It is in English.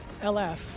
LF